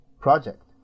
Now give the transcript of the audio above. project